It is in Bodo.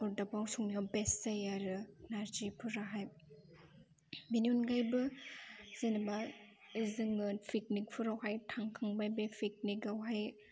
अरदाबाव संनायाव बेस्ट जायो आरो नारजिफोरहाय बेनि अनगायैबो जेनेबा जोङो पिकनिकफोरावहाय थांखांबाय बे पिकनिकआवहाय